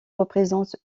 représente